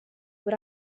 what